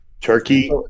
Turkey